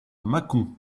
mâcon